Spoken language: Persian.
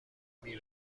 بین